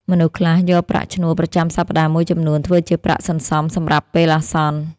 មនុស្សខ្លះយកប្រាក់ឈ្នួលប្រចាំសប្តាហ៍មួយចំនួន ធ្វើជាប្រាក់សន្សំសម្រាប់ពេលអាសន្ន។